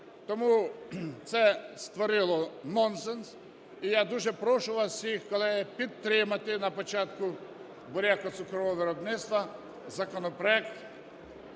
Тому це створило нонсенс. І я дуже прошу вас всіх, колеги, підтримати на початку бурякоцукрового виробництва законопроект,